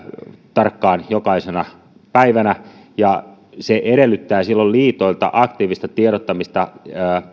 tarkkaan jokaisena päivänä ja se edellyttää silloin liitoilta aktiivista tiedottamista